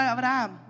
Abraham